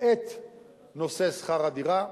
את שכר הדירה.